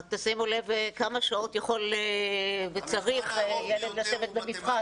רק תשימו לב כמה שעות יכול וצריך ילד לשבת במבחן.